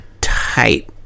tight